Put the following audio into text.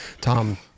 Tom